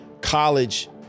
college